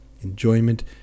enjoyment